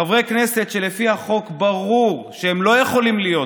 חברי כנסת שלפי החוק ברור שהם לא יכולים להיות פה,